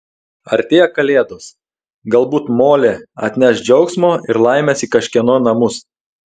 artėja kalėdos galbūt molė atneš džiaugsmo ir laimės į kažkieno namus